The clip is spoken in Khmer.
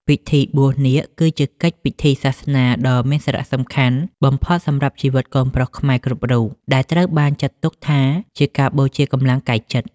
ពិធីបួសនាគ គឺជាកិច្ចពិធីសាសនាដ៏មានសារៈសំខាន់បំផុតសម្រាប់ជីវិតកូនប្រុសខ្មែរគ្រប់រូប ដែលត្រូវបានចាត់ទុកថាជាការបូជាកម្លាំងកាយចិត្ត